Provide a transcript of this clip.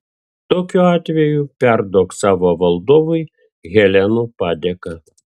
tokiu atveju perduok savo valdovui helenų padėką